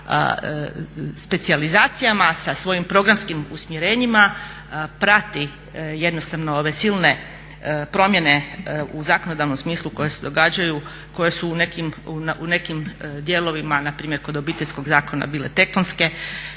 sa specijalizacijama, sa svojim programskim usmjerenjima prati jednostavno ove silne promjene u zakonodavnom smislu koje se događaju, koje su u nekim dijelovima, npr. kod Obiteljskog zakona bile tektonske,